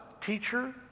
teacher